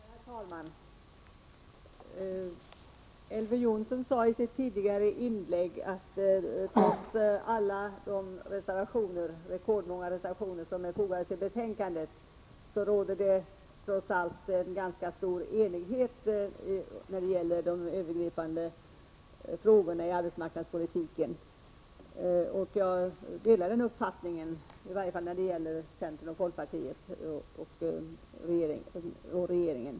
Herr talman! Elver Jonsson sade i sitt tidigare inlägg att det — trots de rekordmånga reservationer som är fogade till betänkandet — råder ganska stor enighet när det gäller de övergripande frågorna i arbetsmarknadspolitiken. Jag delar den uppfattningen, i varje fall när det gäller centern, folkpartiet och regeringen.